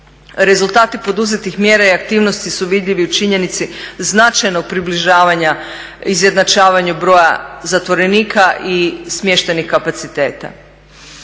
Rezultati poduzetih mjera i aktivnosti su vidljivi u činjenici značajnog približavanja izjednačavanju broja zatvorenika i smještajnih kapaciteta.